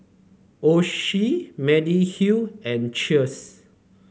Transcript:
Oishi Mediheal and Cheers